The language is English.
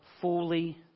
fully